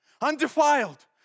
undefiled